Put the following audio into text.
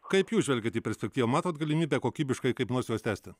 kaip jūs žvelgiat į perspektyvą matot galimybę kokybiškai kaip nors juos tęsti